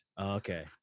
Okay